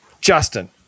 Justin